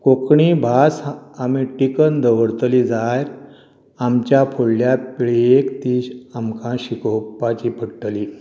कोंकणी भास आमी टिकोन दवरतली जायत आमच्या फुडल्या पिळगेक ती आमकां शिकोवपाची पडटली